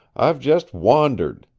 i've just wandered.